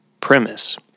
premise